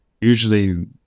usually